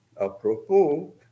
apropos